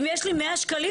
אם יש לי 100 שקלים,